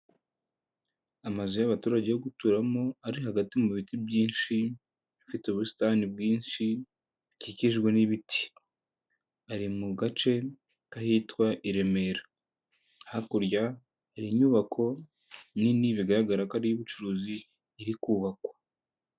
Amazu y'abaturage yo guturamo ari hagati mu biti byinshi, afite ubusitani bwinshi bukikijwe n'ibiti. Ari mu gace k'ahitwa i Remera. Hakurya hari inyubako nini bigaragara ko ari iy'ubucuruzi iri kubakwa.